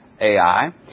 Ai